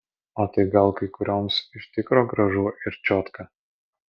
o tai gal kai kurioms iš tikro gražu ir čiotka